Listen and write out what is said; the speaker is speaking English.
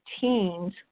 teens